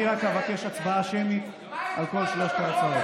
אני רק אבקש הצבעה שמית על כל שלוש ההצבעות.